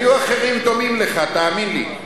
היו אחרים, דומים לך, תאמין לי.